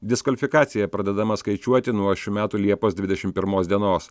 diskvalifikacija pradedama skaičiuoti nuo šių metų liepos dvidešimt pirmos dienos